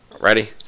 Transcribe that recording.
ready